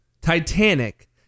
Titanic